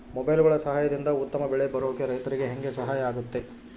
ಮೊಬೈಲುಗಳ ಸಹಾಯದಿಂದ ಉತ್ತಮ ಬೆಳೆ ಬರೋಕೆ ರೈತರಿಗೆ ಹೆಂಗೆ ಸಹಾಯ ಆಗುತ್ತೆ?